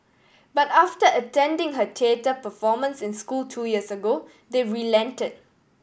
but after attending her theatre performance in school two years ago they relented